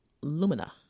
Lumina